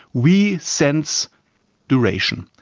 we sense duration.